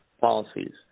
policies